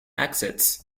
exits